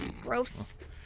gross